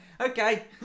Okay